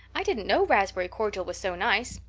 i didn't know raspberry cordial was so nice.